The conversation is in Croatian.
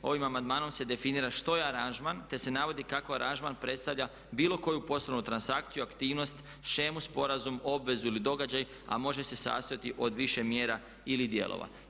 Ovim amandmanom se definira što je aranžman, te se navodi kako aranžman predstavlja bilo koju poslovnu transakciju, aktivnost, shemu, sporazum, obvezu ili događaj, a može se sastojati od više mjera ili dijelova.